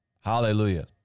Hallelujah